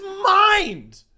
mind